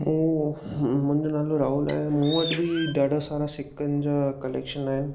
उहो मुंहिंजो नालो राहुल आहे मूं वटि बि ॾाढा सारा सिकनि जा कलैक्शन आहिनि